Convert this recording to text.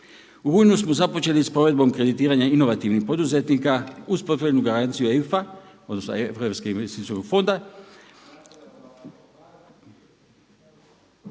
U rujnu smo započeli s provedbom kreditiranja inovativnih poduzetnika uz potrebnu garanciju EIF-a, odnosno